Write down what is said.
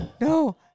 No